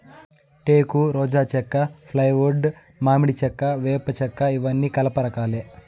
టేకు, రోజా చెక్క, ఫ్లైవుడ్, మామిడి చెక్క, వేప చెక్కఇవన్నీ కలప రకాలే